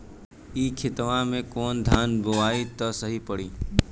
ए खेतवा मे कवन धान बोइब त सही पड़ी?